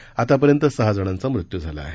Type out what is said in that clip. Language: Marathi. तर आतापर्यंत सहा जणांचा मृत्यू झाला आहे